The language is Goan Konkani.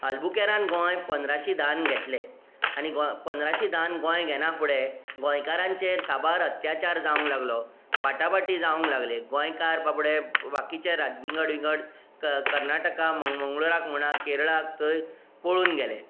आल्बुकेरान गोंय पंदराशे धान घेतलें आनी गों पंदराशे धान गोंय घेना फुडें गोंयकारांचेर साबार अत्याचार जावंक लागलो बाटा बाटी जावंक लागले गोंयकार बाबडे बाकीचे राज विंगड विंगड क कर्नाटका मंग मंगळुराक म्हणात केरळाक थंय पळून गेले